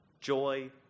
joy